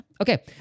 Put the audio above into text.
Okay